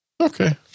okay